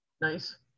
nice